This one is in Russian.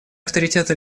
авторитета